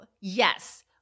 yes